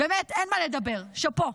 באמת, אין מה לדבר, שאפו.